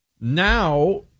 Now